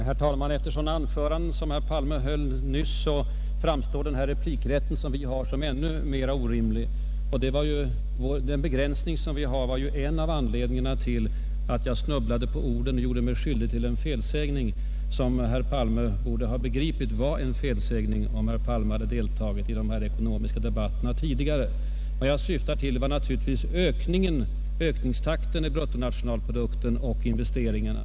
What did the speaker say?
Herr talman! Efter ett sådant anförande som herr Palme höll nyss framstår vår replikrätt som ännu mera orimlig. Den begränsning som vi har var en av anledningarna till att jag snubblade på orden och gjorde mig skyldig till en felsägning som herr Palme borde ha begripit var en felsägning om han tidigare hade deltagit i de ekonomiska debatterna. Vad jag syftade på var naturligtvis ökningstakten för bruttonationalprodukten och investeringarna.